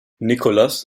nicolas